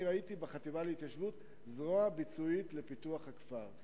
ראיתי בחטיבה להתיישבות זרוע ביצועית לפיתוח הכפר.